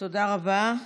תודה רבה.